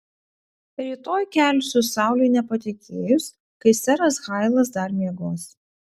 rytoj kelsiu saulei nepatekėjus kai seras hailas dar miegos